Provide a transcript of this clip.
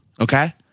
Okay